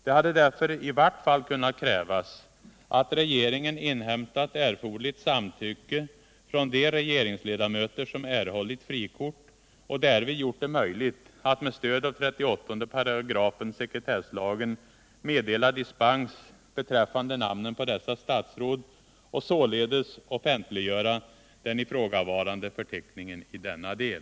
Det hade därför i vart fall kunnat krävas, att regeringen inhämtat erforderligt samtycke från de regeringsledamöter som erhållit frikort och därvid gjort det möjligt att med stöd av 38 § sekretesslagen meddela dispens beträffande namnen på dessa statsråd och således offentliggöra den ifrågavarande förteckningen i denna del.